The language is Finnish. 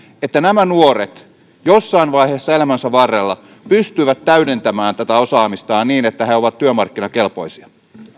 että nämä nuoret jossain vaiheessa elämänsä varrella pystyvät täydentämään tätä osaamistaan niin että he ovat työmarkkinakelpoisia